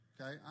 okay